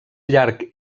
llarg